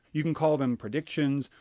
you can call them predictions,